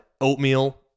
Oatmeal